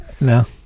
No